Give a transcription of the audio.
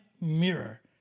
mirror